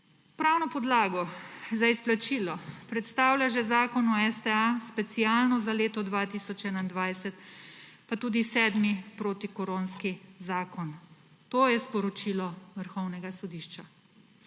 Pravno podlago za izplačilo predstavlja že zakon o STA specialno za leto 2021, pa tudi sedmi protikoronski zakon, to je sporočilo vrhovnega sodišča.